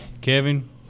Kevin